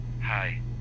Hi